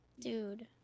Dude